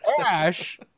Ash